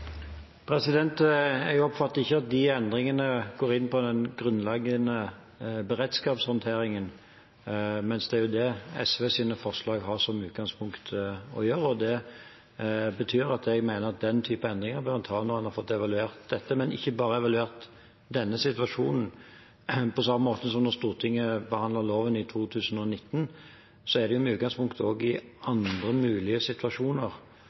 Jeg oppfatter ikke at de endringene går inn på den grunnleggende beredskapshåndteringen, mens det er jo det SVs forslag har som utgangspunkt å gjøre. Det betyr at jeg mener at den type endringer bør en ta når en har fått evaluert dette, men ikke bare evaluert denne situasjonen. På samme måte som da Stortinget behandlet loven i 2019, er det jo med utgangspunkt også i andre mulige situasjoner,